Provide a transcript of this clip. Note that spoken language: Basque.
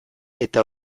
eta